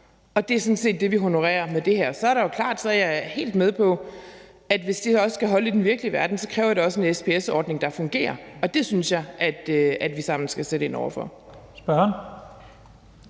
Det er sådan set det, vi honorerer med det her. Så er det jo klart, at jeg er helt med på, at hvis det her også skal holde i den virkelige verden, kræver det en SPS-ordning, der fungerer. Og det synes jeg at vi sammen skal sætte ind over for.